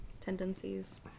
tendencies